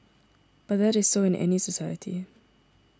but that is so in any society